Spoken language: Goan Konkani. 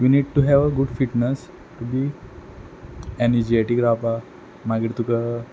you need to have good fitness be energetic रावपा मागीर तुका